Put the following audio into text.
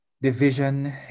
Division